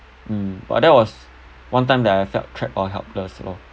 um but that was one time that I felt trapped or helpless lor